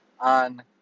on